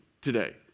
today